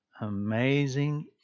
Amazing